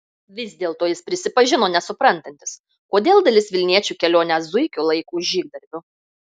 vis dėlto jis prisipažino nesuprantantis kodėl dalis vilniečių kelionę zuikiu laiko žygdarbiu